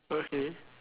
okay